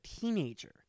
teenager